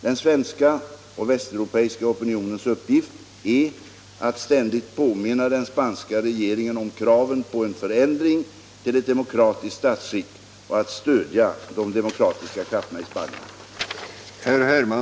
Den svenska och västeuropeiska opinionens uppgift är att ständigt påminna den spanska regeringen om kraven på en förändring till ett demokratiskt statsskick och att stödja de demokratiska krafterna i Spanien.